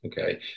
Okay